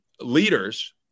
leaders